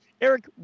Eric